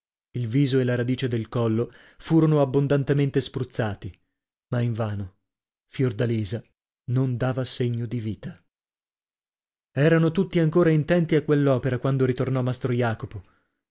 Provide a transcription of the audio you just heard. il viso e la radice del collo furono abbondantemente spruzzati ma invano fiordalisa non dava segno di vita erano tutti ancora intenti a quell'opera quando ritornò mastro jacopo